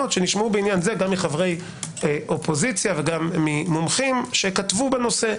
שנשמעו בעניין זה גם מחברי אופוזיציה וגם ממומחים שכתבו בנושא,